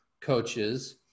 coaches